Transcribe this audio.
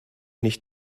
nicht